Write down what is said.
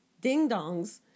ding-dongs